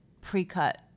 pre-cut